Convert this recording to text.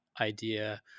idea